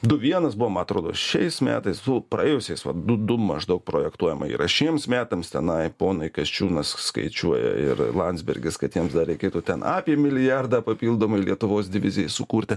du vienas buvo man atrodo šiais metais su praėjusiais du du maždaug projektuojama yra šiems metams tenai ponai kasčiūnas skaičiuoja ir landsbergis kad jiems dar reikėtų ten apie milijardą papildomai lietuvos divizijai sukurti